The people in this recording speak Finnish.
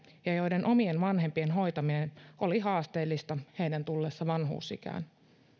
ja joille omien vanhempien hoitaminen oli haasteellista heidän tullessaan vanhuusikään